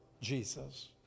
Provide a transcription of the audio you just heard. Jesus